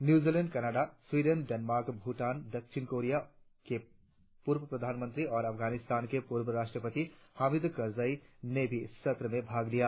New Zealand Canada Sweden Denmark Bhutan दक्षिण Korea के पूर्व प्रधानमंत्री और अफगानिस्तान के पूर्व राष्ट्रपति हामिद करजई ने भी सत्र में भाग लिया